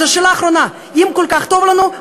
אז שאלה אחרונה: אם כל כך טוב לנו,